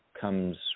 comes